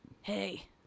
Hey